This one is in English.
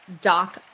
doc